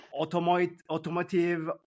automotive